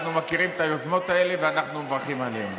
אנחנו מכירים את היוזמות האלה ואנחנו מברכים עליהן.